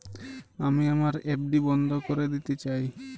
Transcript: আমি আমার এফ.ডি বন্ধ করে দিতে চাই